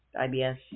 IBS